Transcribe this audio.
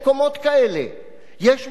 יש מפלגות אנטי-ציוניות.